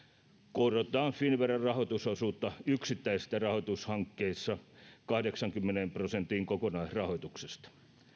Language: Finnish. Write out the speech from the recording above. korotetaan finnveran rahoitusosuutta yksittäisissä rahoitushankkeissa kahdeksaankymmeneen prosenttiin kokonaisrahoituksesta